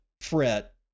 fret